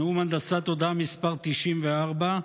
נאום הנדסה תודעה מס' 94,